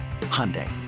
Hyundai